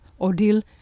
ordeal